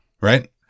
right